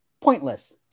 Pointless